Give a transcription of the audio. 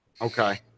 okay